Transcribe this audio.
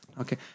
Okay